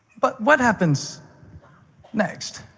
but what happens next?